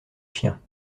chiens